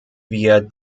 wir